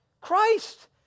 Christ